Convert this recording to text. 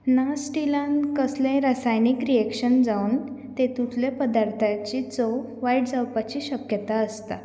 ना स्टिलान कसलेंय रासायनीक रियेक्शन जावन तेतुंतले पदार्थाची चव वायट जावपाची शक्यता आसता